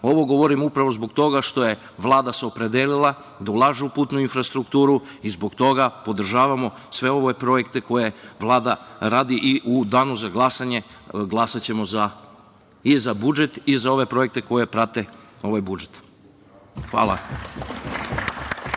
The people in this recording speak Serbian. govorim upravo zbog toga što se Vlada opredelila da ulaže u putnu infrastrukturu i zbog toga podržavamo sve ove projekte koje Vlada radi. U danu za glasanje glasaćemo i za budžet i za ove projekte koje prate budžet. Hvala.